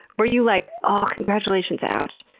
were you like, oh, congratulations. ouch.